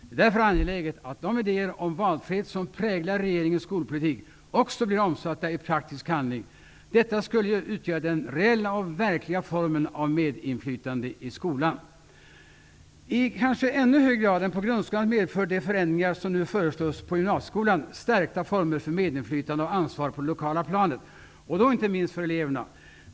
Det är därför angeläget att de idéer om valfrihet som präglar regeringens skolpolitik också blir omsatta i praktisk handling. Detta skulle utgöra den reella och verkliga formen av medinflytande i skolan. I kanske ännu högre grad än i grundskolan, medför de förändringar som nu föreslås i gymnasieskolan stärkta former för medinflytande och ansvar på det lokala planet, inte minst för eleverna.